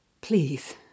Please